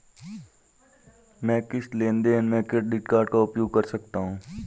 मैं किस लेनदेन में क्रेडिट कार्ड का उपयोग कर सकता हूं?